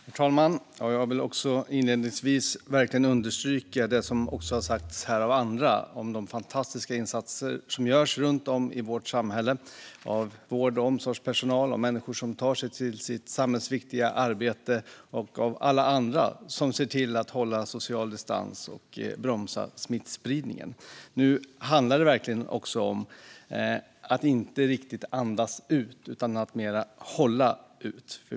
Herr talman! Jag vill inledningsvis verkligen understryka det som har sagts här av andra om de fantastiska insatser som görs runt om i vårt samhälle av vård och omsorgspersonal, av människor som utför sitt samhällsviktiga arbete och av alla andra som ser till att hålla social distans och bromsa smittspridningen. Nu handlar det verkligen om att inte riktigt andas ut utan att mer hålla ut.